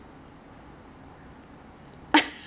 ah 对 but 你有用过他的他的 service mah